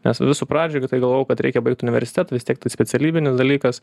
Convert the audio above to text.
nes visų pradžioj tai galvojau kad reikia baigt universitetą vis tiek tai specialybinis dalykas